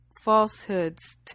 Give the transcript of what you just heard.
falsehoods